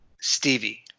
Stevie